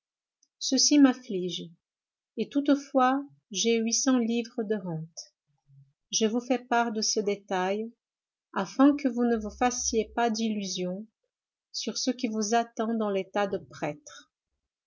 ceci m'afflige et toutefois j'ai huit cents livres de rente je vous fais part de ce détail afin que vous ne vous fassiez pas d'illusions sur ce qui vous attend dans l'état de prêtre